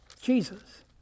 Jesus